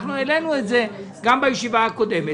העלינו את זה גם בישיבה הקודמת.